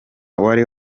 wari